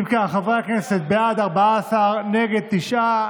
אם כך, חברי הכנסת, בעד, 14, נגד, תשעה.